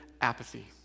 apathy